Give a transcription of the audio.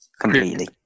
Completely